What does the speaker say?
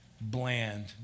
Bland